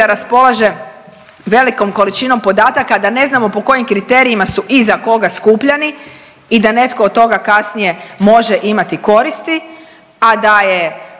raspolaže velikom količinom podataka, a da ne znamo po kojim kriterijima su i za koga skupljani i da netko od toga kasnije može imati koristi, a da je